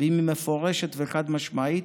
ואם היא מפורשת וחד-משמעית,